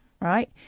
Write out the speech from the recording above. right